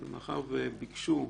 אבל מאחר שביקשו